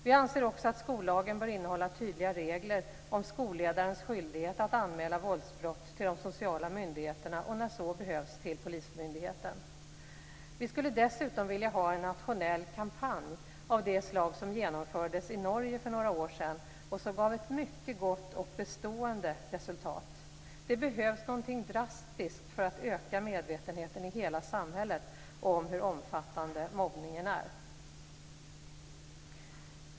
Vi anser också att skollagen bör innehålla tydliga regler om skolledarens skyldighet att anmäla våldsbrott till de sociala myndigheterna och när så behövs till polismyndigheten. Vi skulle dessutom vilja ha en nationell kampanj av det slag som genomfördes i Norge för några år sedan och som gav ett mycket gott och bestående resultat. Det behövs någonting drastiskt för att öka medvetenheten i hela samhället om hur omfattande mobbningen är.